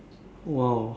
!wow!